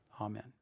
Amen